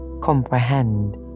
comprehend